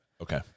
Okay